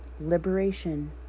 Liberation